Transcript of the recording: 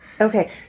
Okay